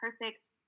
perfect